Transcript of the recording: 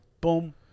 boom